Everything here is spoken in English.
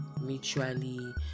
mutually